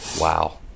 Wow